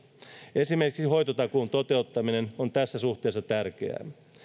esimerkiksi hoitotakuun toteuttaminen on tässä suhteessa tärkeää